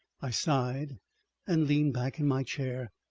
i sighed and leant back in my chair.